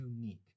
unique